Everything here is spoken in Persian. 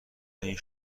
این